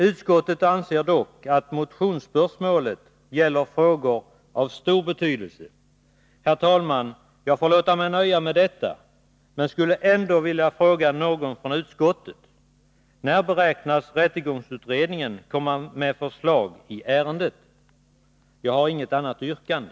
Utskottet anser dock att motionsspörsmålet gäller frågor av stor betydelse. Herr talman! Jag får låta mig nöja med detta — men skulle ändå vilja fråga någon från utskottet: När beräknas rättegångsutredningen komma med ett förslag i ärendet? Jag har inget särskilt yrkande.